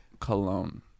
Cologne